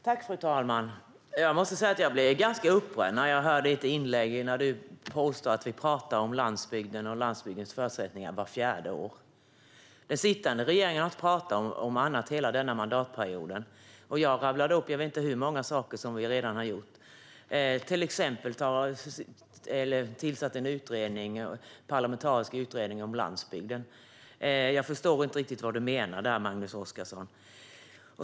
Fru talman! Jag måste säga att jag blir ganska upprörd när jag hör dig påstå att vi talar om landsbygden och landsbygdens förutsättningar vart fjärde år. Den sittande regeringen har inte talat om annat hela denna mandatperiod - jag rabblade upp jag vet inte hur många saker som vi redan har gjort. Till exempel har vi tillsatt en parlamentarisk utredning om landsbygden. Jag förstår inte riktigt vad du menar där, Magnus Oscarsson.